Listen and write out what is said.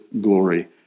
glory